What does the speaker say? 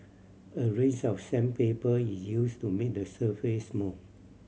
a range of sandpaper is used to make the surface smooth